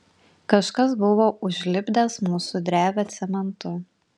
kažkas buvo užlipdęs mūsų drevę cementu